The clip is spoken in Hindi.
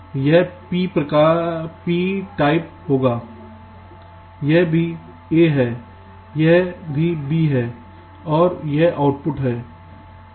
यह पी प्रकार होगा यह भी a है यह भी b है और यह आउटपुट है